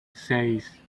seis